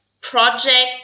project